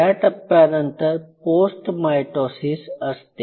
या टप्प्यानंतर post mitosis असते